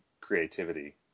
creativity